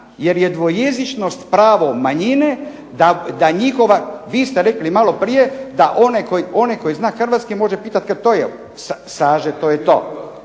jer je dvojezičnost pravo manjine da njihova, vi ste rekli maloprije, da onaj koji zna hrvatski može pitati … /Govornik se ne